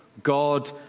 God